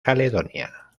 caledonia